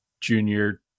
junior